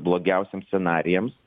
blogiausiems scenarijams